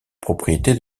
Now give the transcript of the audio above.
propriété